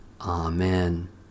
Amen